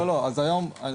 לא, לא אז אני אענה.